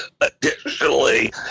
additionally